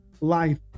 life